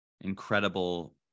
incredible